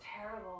terrible